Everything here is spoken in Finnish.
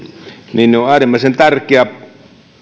on äärimmäisen tärkeä